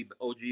OG